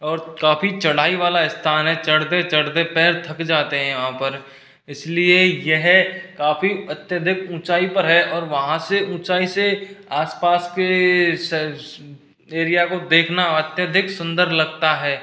और काफी चढ़ाई वाला स्थान है चढ़ते चढ़ते पैर थक जाते हैं यहाँ पर इसलिए यह काफी अत्यधिक ऊँचाई पर है और वहाँ से ऊँचाई से आसपास के एरिया को देखना अत्यधिक सुंदर लगता है